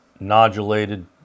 nodulated